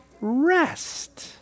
rest